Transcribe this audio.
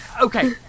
Okay